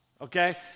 Okay